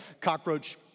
cockroach